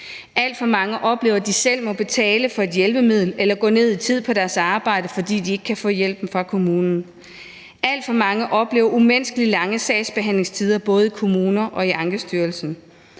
Alt for mange oplever, at de selv må betale for et hjælpemiddel eller gå ned i tid på deres arbejde, fordi de ikke kan få hjælpen fra kommunen. Alt for mange oplever umenneskeligt lange sagsbehandlingstider, både i kommunerne og i Ankestyrelsen.